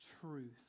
truth